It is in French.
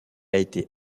été